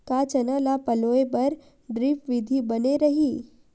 का चना ल पलोय बर ड्रिप विधी बने रही?